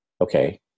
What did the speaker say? okay